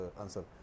answer